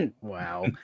Wow